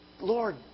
Lord